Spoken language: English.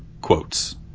quotes